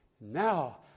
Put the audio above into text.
now